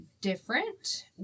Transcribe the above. different